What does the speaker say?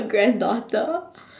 granddaughter